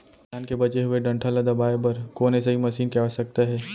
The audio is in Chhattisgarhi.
धान के बचे हुए डंठल ल दबाये बर कोन एसई मशीन के आवश्यकता हे?